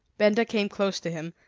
benda came close to him,